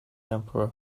emperor